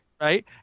Right